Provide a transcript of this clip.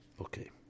Okay